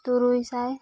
ᱛᱩᱨᱩᱭ ᱥᱟᱭ